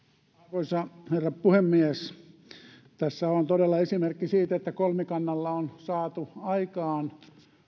arvoisa herra puhemies tässä on todella esimerkki siitä että kolmikannalla on saatu aikaan